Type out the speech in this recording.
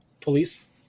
police